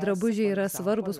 drabužiai yra svarbūs